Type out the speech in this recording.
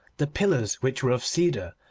the pillars, which were of cedar,